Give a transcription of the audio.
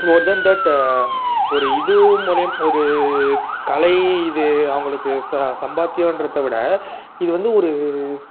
more than that ஒரு இது மூலியமா ஒரு கலை இது அவங்களுக்கு சம்பாத்தியன்றத விட இது வந்து ஒரு